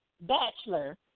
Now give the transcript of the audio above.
bachelor